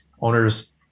owners